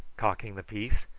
cocking the piece.